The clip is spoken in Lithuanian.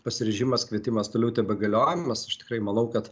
pasiryžimas kvietimas toliau tebegalioja nes aš tikrai manau kad